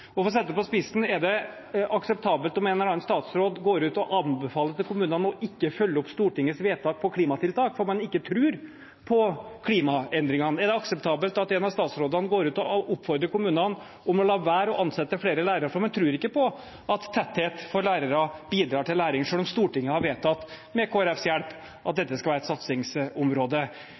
For å sette det på spissen: Er det akseptabelt at en eller annen statsråd går ut og anbefaler kommunene ikke å følge opp Stortingets vedtak om klimatiltak fordi man ikke tror på klimaendringene? Er det akseptabelt at en av statsrådene går ut og oppfordrer kommunene om å la være å ansette flere lærere fordi man ikke tror på at tetthet av lærere bidrar til læring, selv om Stortinget har vedtatt – med Kristelig Folkepartis hjelp – at